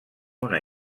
una